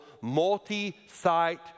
multi-site